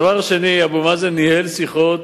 הדבר השני, אבו מאזן ניהל שיחות